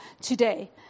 today